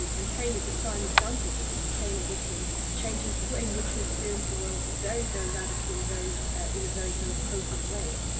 and and pain is a prime example because pain obviously changes the way in which we experience the world very very radically, and ah in a very kind of total way.